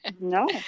no